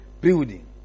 building